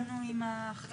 סיימנו את ההחרגה?